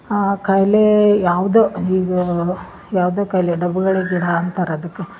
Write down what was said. ಆ ಕಾಯಿಲೆ ಯಾವುದೋ ಇದು ಯಾವುದೋ ಕಾಯಿಲೆ ಡಬ್ಗೋಳಿ ಗಿಡ ಅಂತಾರೆ ಅದಕ್ಕೆ